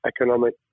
economic